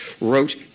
wrote